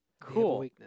Cool